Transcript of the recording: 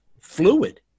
fluid